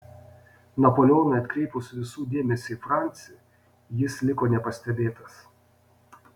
napoleonui atkreipus visų dėmesį į francį jis liko nepastebėtas